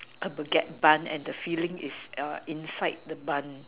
a baguette bun and the filling is err inside the bun